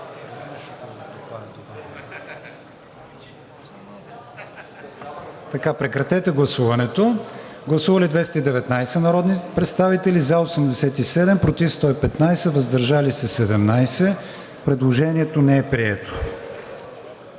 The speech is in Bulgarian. Моля, режим на гласуване. Гласували 224 народни представители: за 89, против 128, въздържали се 7. Предложението не е прието.